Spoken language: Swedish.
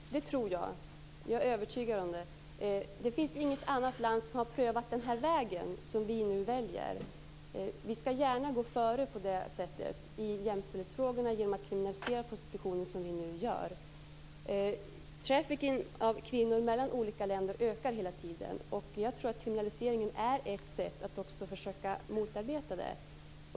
Herr talman! Det tror jag. Jag är övertygad om det. Det finns inget annat land som har prövat den väg som vi nu väljer. Vi skall gärna gå före i jämställdhetsfrågorna genom att kriminalisera prostitutionen på det sätt som vi nu gör. Trafficking av kvinnor mellan olika länder ökar hela tiden. Jag tror att kriminaliseringen är ett sätt att försöka motarbeta det.